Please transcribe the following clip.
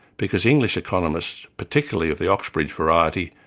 because english economists, particularly of the oxbridge variety,